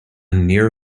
near